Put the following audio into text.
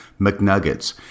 McNuggets